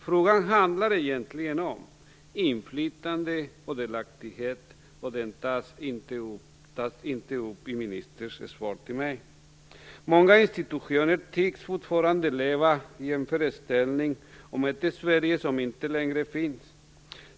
Frågan handlar egentligen om inflytande och delaktighet, och det tas inte upp i ministerns svar till mig. Många institutioner tycks fortfarande leva med en föreställning om ett Sverige som inte längre finns.